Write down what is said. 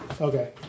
Okay